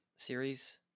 series